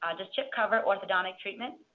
um does chip cover orthodontic treatment?